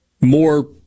more